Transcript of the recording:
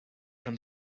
from